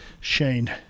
Shane